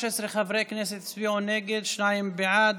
13 חברי כנסת הצביעו נגד, שניים בעד.